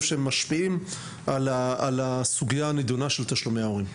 שמשפיעים על הסוגיה הנדונה של תשלומי הורים.